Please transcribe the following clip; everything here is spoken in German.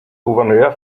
gouverneur